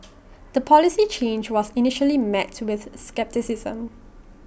the policy change was initially met with scepticism